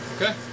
Okay